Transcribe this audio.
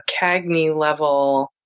Cagney-level